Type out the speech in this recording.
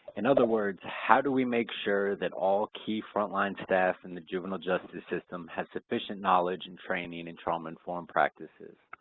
in other words how do we make sure that all key frontline staff in the juvenile justice system has sufficient knowledge and training in trauma-informed practices?